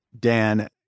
Dan